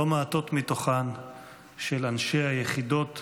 ולא מעטות מתוכן של אנשי היחידות האלה,